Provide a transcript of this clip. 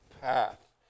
path